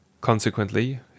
Consequently